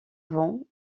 vent